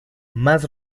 más